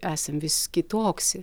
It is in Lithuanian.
esam vis kitoks